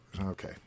Okay